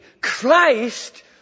Christ